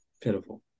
pitiful